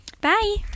bye